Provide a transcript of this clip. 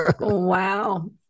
wow